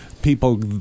People